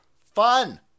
fun